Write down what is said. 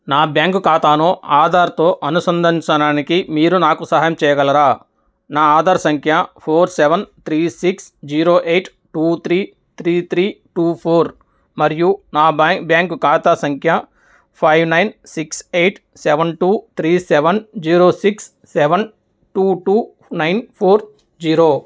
నా బ్యాంకు ఖాతాను ఆధార్తో అనుసంధానించడానికి మీరు నాకు సహాయం చెయ్యగలరా నా ఆధార్ సంఖ్య four seven three six zero eight two three three three two four మరియు నా బ్యాంక్ బ్యాంకు ఖాతా సంఖ్య five nine six eight seven two three seven zero six seven two two nine four zero